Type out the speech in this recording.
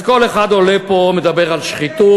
אז כל אחד עולה פה ומדבר על שחיתות,